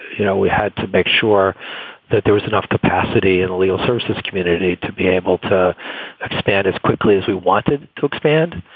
you know, we had to make sure that there was enough capacity in the legal services community to be able to expand as quickly as we wanted to expand.